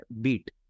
beat